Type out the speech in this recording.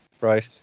right